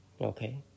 Okay